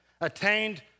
attained